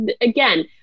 again